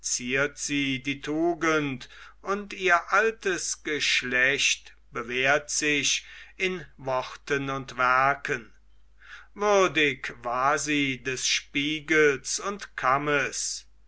die tugend und ihr altes geschlecht bewährt sich in worten und werken würdig war sie des spiegels und kammes